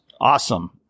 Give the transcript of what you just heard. awesome